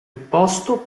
posto